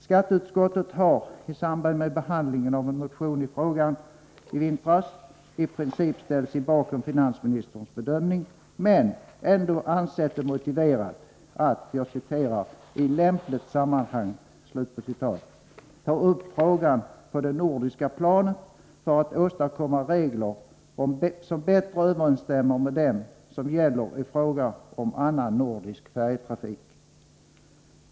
Skatteutskottet har i samband med behandlingen av en motion i frågan nu i vintras i princip ställt sig bakom finansministerns bedömning, men ändå ansett det motiverat att ”i lämpligt sammanhang” ta upp frågan på det nordiska planet för att åstadkomma regler som bättre överensstämmer med dem som gäller i fråga om annan nordisk färjetrafik.